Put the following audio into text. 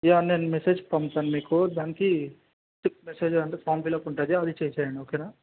yeah నేను message పంపుతాను మీకు దానికి క్విక్ మెసేజ్ ఫామ్ ఫిలప్ ఉంటుంది అది చేసేయండి ఓకే